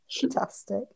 Fantastic